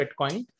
Bitcoin